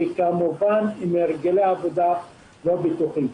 וכמובן עם הרגלי עבודה לא בטוחים.